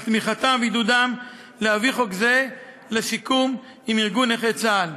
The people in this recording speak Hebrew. על תמיכתם ועידודם להביא חוק זה לסיכום עם ארגון נכי צה"ל.